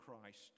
Christ